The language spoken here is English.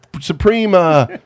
Supreme